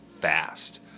fast